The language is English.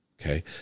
okay